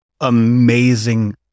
Amazing